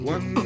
One